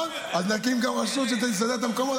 גם ככה,